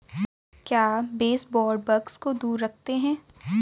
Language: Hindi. क्या बेसबोर्ड बग्स को दूर रखते हैं?